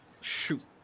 Shoot